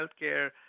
healthcare